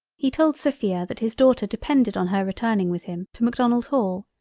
he told sophia that his daughter depended on her returning with him to macdonald-hall,